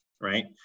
right